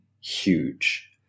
huge